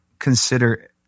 consider